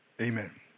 Amen